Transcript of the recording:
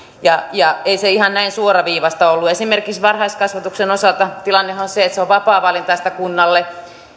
eikä se ihan näin suoraviivaista ollut esimerkiksi varhaiskasvatuksen osalta tilannehan on se että se on vapaavalintaista kunnalle